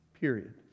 Period